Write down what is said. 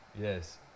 Yes